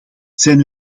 zijn